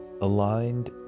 aligned